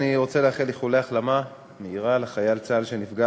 אני רוצה לאחל איחולי החלמה מהירה לחייל צה"ל שנפגע